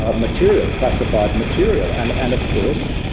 ah material classified material. and and of course,